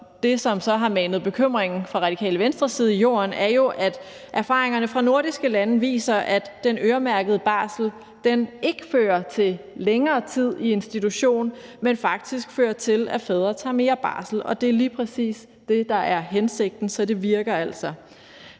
det, som så har manet bekymringen hos Radikale Venstre i jorden, er jo, at erfaringerne fra nordiske lande viser, at den øremærkede barsel ikke fører til længere tid i institution, men faktisk fører til, at fædre tager mere barsel – og det er lige præcis det, der er hensigten. Så det virker altså.